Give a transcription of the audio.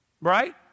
Right